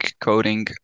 coding